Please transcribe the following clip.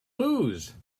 lose